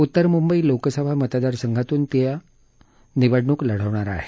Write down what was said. उत्तर मुंबई लोकसभा मतदारसंघातून ती निवडणूक लढवणार आहे